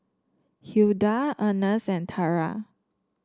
Hilda Ernest and Tara